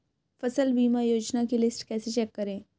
फसल बीमा योजना की लिस्ट कैसे चेक करें?